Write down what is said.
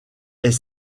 est